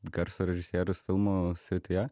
garso režisierius filmų srityje